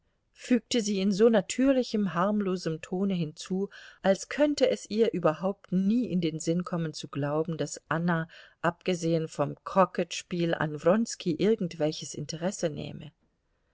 fügte sie in so natürlichem harmlosem tone hinzu als könnte es ihr überhaupt nie in den sinn kommen zu glauben daß anna abgesehen vom krocketspiel an wronski irgendwelches interesse nähme